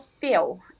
feel